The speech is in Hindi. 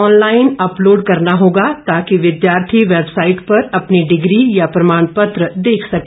ऑनलाइन अपलोड करना होगा ताकि विद्यार्थी वेबसाइट पर अपनी डिग्री या प्रमाण पत्र देख सकें